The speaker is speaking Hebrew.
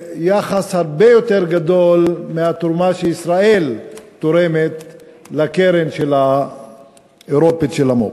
מאוד ביחס לתרומה שישראל תורמת לקרן האירופית של המו"פ.